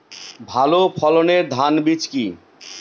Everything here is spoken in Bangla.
ভালো ফলনের ধান বীজ কি?